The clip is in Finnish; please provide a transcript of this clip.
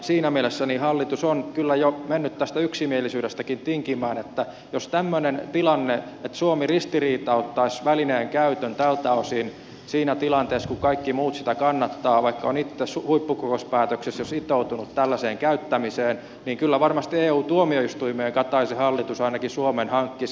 siinä mielessä hallitus on kyllä jo mennyt tästä yksimielisyydestäkin tinkimään että jos olisi tämmöinen tilanne että suomi ristiriitauttaisi välineen käytön tältä osin siinä tilanteessa kun kaikki muut sitä kannattavat vaikka on itse huippukokouspäätöksissä jo sitoutunut tällaisen käyttämiseen niin kyllä varmasti eu tuomioistuimeen kataisen hallitus ainakin suomen hankkisi